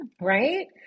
Right